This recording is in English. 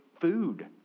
food